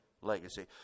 legacy